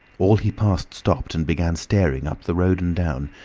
all he passed stopped and began staring up the road and down,